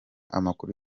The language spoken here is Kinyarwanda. amakuru